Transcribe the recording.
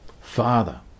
Father